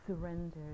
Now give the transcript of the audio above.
surrender